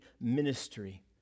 ministry